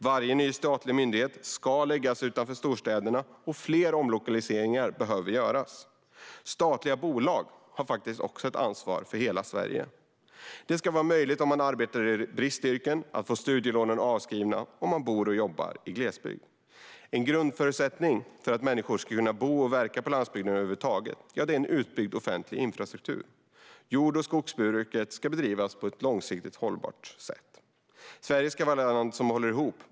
Varje ny statlig myndighet ska läggas utanför storstäderna, och fler omlokaliseringar behöver göras. Statliga bolag har faktiskt ett ansvar för hela Sverige. Det ska även vara möjligt för dem som arbetar i bristyrken att få studielånen avskrivna om de bor och jobbar i glesbygd. En grundförutsättning för att människor ska kunna bo och verka på landsbygden över huvud taget är en utbyggd offentlig infrastruktur. Jord och skogsbruket ska bedrivas på ett långsiktigt hållbart sätt. Sverige ska vara ett land som håller ihop.